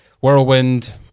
whirlwind